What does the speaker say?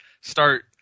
start